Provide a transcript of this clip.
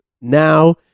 Now